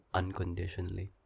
unconditionally